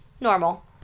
normal